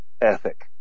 ethic